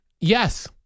Yes